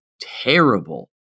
terrible